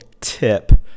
tip